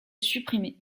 supprimées